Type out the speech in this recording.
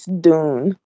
Dune